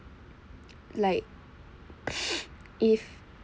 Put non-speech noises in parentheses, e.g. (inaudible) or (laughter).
like (breath) if